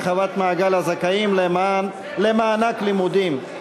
הרחבת מעגל הזכאים למענק לימודים),